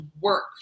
work